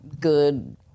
good